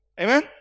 Amen